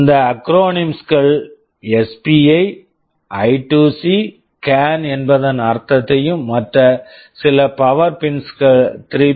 இந்த acronyms acronyms கள் SBI SPI I2C I2C can CAN என்பதன் அர்த்தத்தையும் மற்றும் சில பவர் பின்ஸ் power pins 3